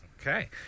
Okay